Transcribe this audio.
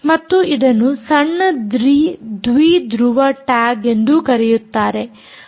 ಮತ್ತು ಇದನ್ನು ಸಣ್ಣ ದ್ವಿಧ್ರುವ ಟ್ಯಾಗ್ ಎಂದು ಕರೆಯುತ್ತಾರೆ